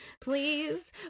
Please